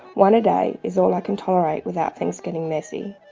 one a day is all i can tolerate without things getting messy.